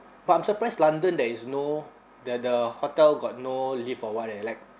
but I'm surprised london there is no the the hotel got no lift or what eh like